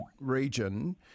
region